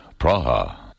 Praha